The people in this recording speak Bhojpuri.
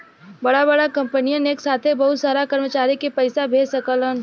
बड़ा बड़ा कंपनियन एक साथे बहुत सारा कर्मचारी के पइसा भेज सकलन